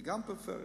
גם זה פריפריה.